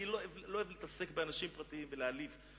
אני לא אוהב להתעסק באנשים פרטיים ולהעליב,